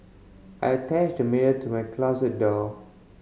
I attached a mirror to my closet door